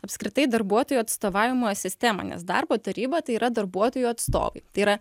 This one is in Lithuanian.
apskritai darbuotojų atstovavimo sistemą nes darbo taryba tai yra darbuotojų atstovai tai yra